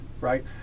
right